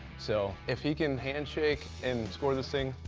so if he can handshake and score this thing.